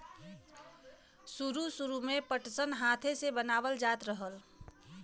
सुरु सुरु में पटसन हाथे से बनावल जात रहल